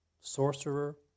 sorcerer